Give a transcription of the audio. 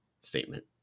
statement